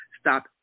stop